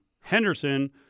Henderson